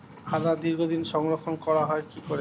আদা দীর্ঘদিন সংরক্ষণ করা হয় কি করে?